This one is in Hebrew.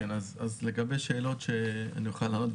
לגבי שאלות שאני אוכל לענות,